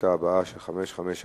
מאז הכתבה המתח חזר לכפר,